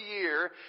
year